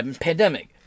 Pandemic